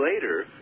later